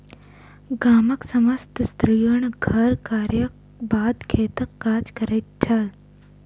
गामक समस्त स्त्रीगण घर कार्यक बाद खेतक काज करैत छल